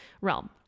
realm